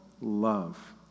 love